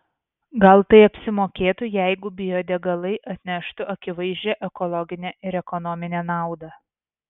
gal tai apsimokėtų jeigu biodegalai atneštų akivaizdžią ekologinę ir ekonominę naudą